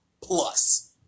plus